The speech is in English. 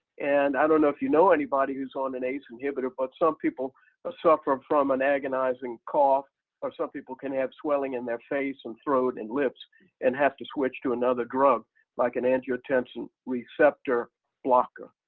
and i don't know if you know anybody who's on an ace inhibitor but some people ah suffering from an agonizing cough or some people can have swelling in their face and throat and lips and have to switch to another drug like an angiotensin-receptor blocker,